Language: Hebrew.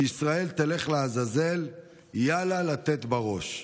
שישראל תלך לעזאזל, יאללה לתת בראש".